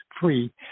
free